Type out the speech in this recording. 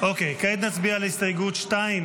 כעת נצביע על הסתייגות 2,